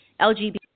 LGBT